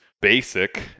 basic